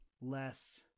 less